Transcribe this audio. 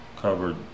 covered